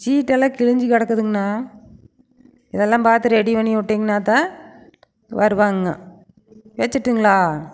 சீட்டெல்லாம் கிழிஞ்சு கிடக்குதுங்ண்ணா இதல்லாம் பார்த்து ரெடி பண்ணிவிட்டிங்கனாதான் வருவாங்க வெச்சுட்டுங்களா